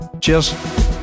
Cheers